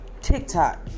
tiktok